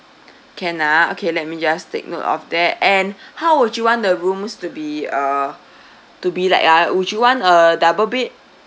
can ah okay let me just take note of that and how would you want the rooms to be uh to be like ah would you want a double bed